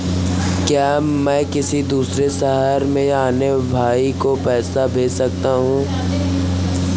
क्या मैं किसी दूसरे शहर में अपने भाई को पैसे भेज सकता हूँ?